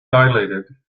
dilated